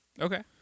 Okay